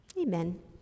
Amen